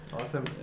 Awesome